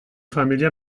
familia